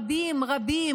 רבים,